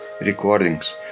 recordings